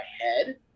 head